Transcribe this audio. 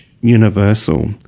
universal